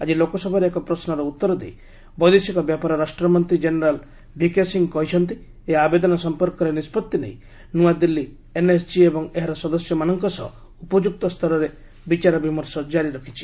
ଆକି ଲୋକସଭାରେ ଏକ ପ୍ରଶ୍ନର ଉତ୍ତର ଦେଇ ବୈଦେଶିକ ବ୍ୟାପାର ରାଷ୍ଟ୍ରମନ୍ତ୍ରୀ କେନେରାଲ୍ ଭିକେ ସିଂ କହିଛନ୍ତି ଏହି ଆବେଦନ ସମ୍ପର୍କରେ ନିଷ୍କଭି ନେଇ ନୂଆଦିଲ୍ଲୀ ଏନ୍ଏସ୍ଜି ଏବଂ ଏହାର ସଦସ୍ୟମାନଙ୍କ ସହ ଉପଯ୍ୟକ୍ତ ସ୍ତରରେ ବିଚାର ବିମର୍ଷ ଜାରି ରଖିଛି